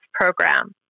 program